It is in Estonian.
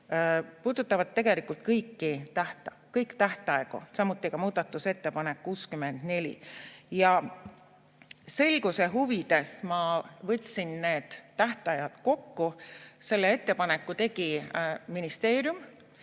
puudutavad kõik tähtaegu, samuti muudatusettepanek 64. Selguse huvides ma võtsin need tähtajad kokku. Selle ettepaneku tegi ministeerium.